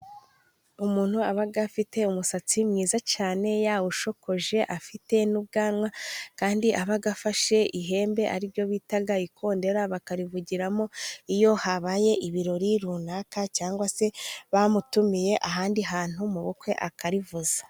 Umuntu aba afite umusatsi mwiza cyane, yawusokoje, afite n'ubwanwa, kandi aba afashe ihembe, aribyo bita ikondera, bakarivugiramo iyo habaye ibirori runaka, cyangwa se bamutumiye ahandi hantu mu bukwe, akarivuza.